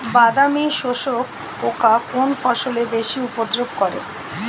বাদামি শোষক পোকা কোন ফসলে বেশি উপদ্রব করে?